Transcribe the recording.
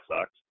sucks